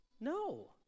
No